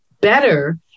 better